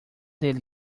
del